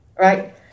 Right